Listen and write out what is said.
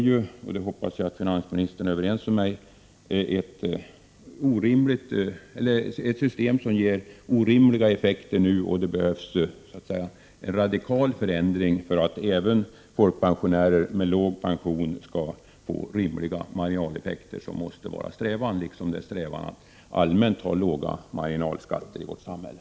Jag hoppas att finansministern är överens med mig om att det nuvarande systemet ger orimliga effekter och att det behövs en radikal förändring för att även folkpensionärer med låg pension skall få rimliga marginaleffekter. Det måste vara en strävan liksom det är en allmän strävan att åstadkomma låga marginalskatter i vårt samhälle.